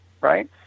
right